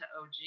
OG